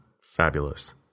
fabulous